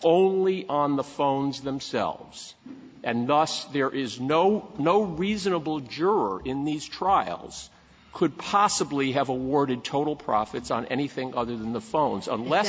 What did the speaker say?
only on the phones themselves and thus there is no no reasonable juror in these trials could possibly have awarded total profits on anything other than the phones unless